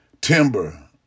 timber